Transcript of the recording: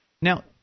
Now